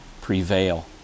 prevail